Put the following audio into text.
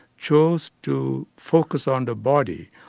chose to focus on the body,